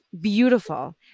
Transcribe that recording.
beautiful